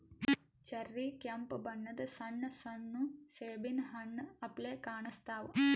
cherry ಕೆಂಪ್ ಬಣ್ಣದ್ ಸಣ್ಣ ಸಣ್ಣು ಸೇಬಿನ್ ಹಣ್ಣ್ ಅಪ್ಲೆ ಕಾಣಸ್ತಾವ್